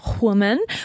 woman